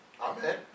Amen